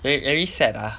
very very sad ah